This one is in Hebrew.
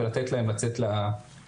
ולתת להם לצאת לפריפריה.